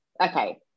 Okay